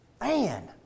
Man